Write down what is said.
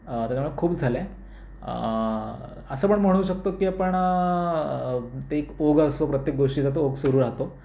त्याच्यामुळे खूप झालं आहे असं पण म्हणू शकतो की आपण ते एक ओघ असतो प्रत्येक गोष्टीचा तो ओघ सुरु राहतो